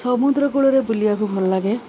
ସମୁଦ୍ରକୂଳରେ ବୁଲିବାକୁ ଭଲ ଲାଗେ